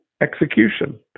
execution